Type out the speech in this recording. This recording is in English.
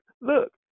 Look